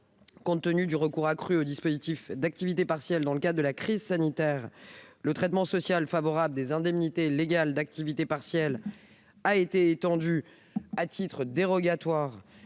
Compte tenu du recours accru au dispositif d'activité partielle lors de la crise sanitaire, le traitement social favorable des indemnités légales d'activité partielle a été étendu, à titre dérogatoire,